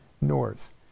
north